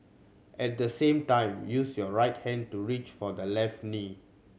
at the same time use your right hand to reach for the left knee